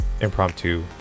impromptu